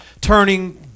turning